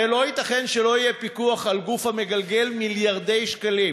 הרי לא ייתכן שלא יהיה פיקוח על גוף המגלגל מיליארדי שקלים.